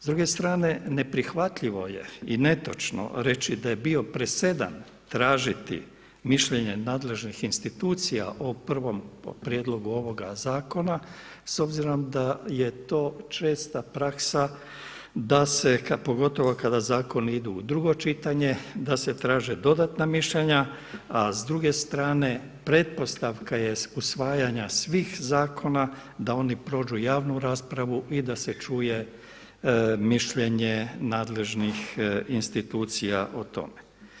S druge strane neprihvatljivo je i netočno reći da je bio presedan tražiti mišljenje nadležnih institucija o prvom prijedlogu ovoga zakona s obzirom da je to česta praksa da se pogotovo kada zakoni idu u drugo čitanje da se traže dodatna mišljenja, a s druge strane pretpostavka je usvajanja svih zakona da oni prođu javnu raspravu i da se čuje mišljenje nadležnih institucija o tome.